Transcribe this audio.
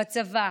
בצבא,